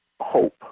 hope